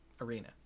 Arena